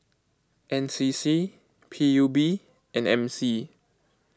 N C C P U B and M C